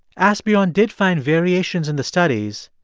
asbjorn did find variations in the studies,